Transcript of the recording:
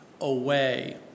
away